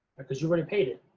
because you already paid it.